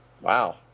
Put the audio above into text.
Wow